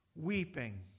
Weeping